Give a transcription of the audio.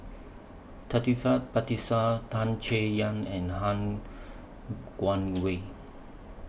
Taufik Batisah Tan Chay Yan and Han Guangwei